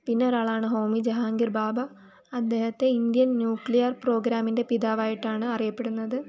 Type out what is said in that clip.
പിന്നൊരാളാണ് ഹോമീ ജെഹാങ്കിർ ബാബാ അദ്ദേഹത്തെ Indian nuclear പ്രോഗ്രാമിൻ്റെ പിതാവായിട്ടാണ് അറിയപ്പെടുന്നത്